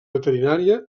veterinària